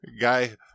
Guy